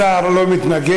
השר לא מתנגד.